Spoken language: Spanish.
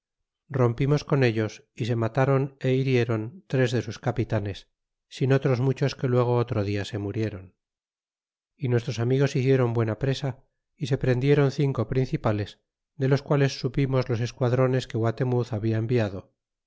rompimos con ellos y se mataron y hirieron tres de sus ca pitanes sia otros muchos que luego otro dia se murieron y nuestros amigos hicieron buena presa y se prendieron cinco principales de los quales supimos los esquadrones que guatemuz habia enviado